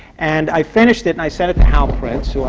and i finished it, and i sent it to hal prince,